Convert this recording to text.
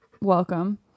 welcome